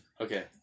Okay